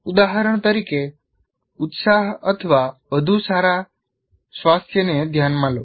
ઉદાહરણ તરીકે ઉત્સાહ અથવા વધુ સારા સ્વાસ્થ્યને ધ્યાનમાં લો